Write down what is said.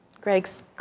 Greg's